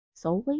Solely